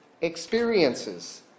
experiences